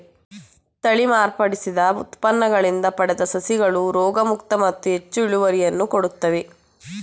ತಳಿ ಮಾರ್ಪಡಿಸಿದ ಉತ್ಪನ್ನಗಳಿಂದ ಪಡೆದ ಸಸಿಗಳು ರೋಗಮುಕ್ತ ಮತ್ತು ಹೆಚ್ಚು ಇಳುವರಿಯನ್ನು ಕೊಡುತ್ತವೆ